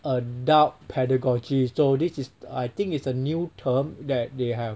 adult pedagogy so this is I think is a new term that they have